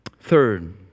Third